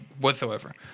whatsoever